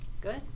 Good